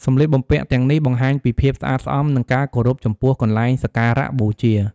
សម្លៀកបំពាក់ទាំងនេះបង្ហាញពីភាពស្អាតស្អំ និងការគោរពចំពោះកន្លែងសក្ការៈបូជា។